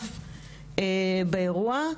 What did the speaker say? נוסף באירוע,